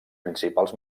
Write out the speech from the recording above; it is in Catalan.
principals